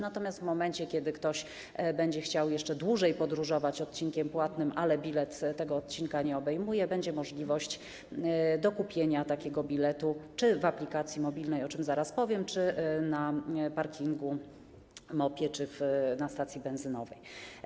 Natomiast w momencie, kiedy ktoś będzie chciał jeszcze dłużej podróżować odcinkiem płatnym, ale bilet tego odcinka nie obejmuje, będzie możliwość dokupienia takiego biletu: w aplikacji mobilnej, o czym zaraz powiem, na parkingu, w MOP-ie czy na stacji benzynowej.